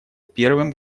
первым